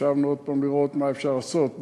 כשישבנו עוד הפעם לראות מה אפשר לעשות,